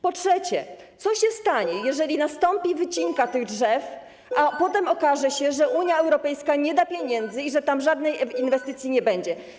Po trzecie, co się stanie, jeżeli nastąpi wycinka tych drzew, a potem okaże się, że Unia Europejska nie da pieniędzy i że tam żadnej inwestycji nie będzie?